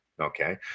okay